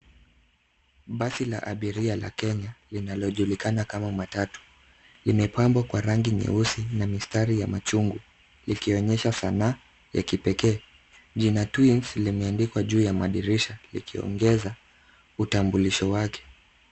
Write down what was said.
Basi la abiria la Kenya linalojulikana kama matatu. Limepambwa kwa rangi nyeusi na mistari ya machungwa. Likionyesha sanaa ya kipekee. Jina Twins limeandikwa juu ya madirisha ikiongeza utambulisho wake.